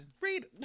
Read